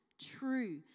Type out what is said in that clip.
true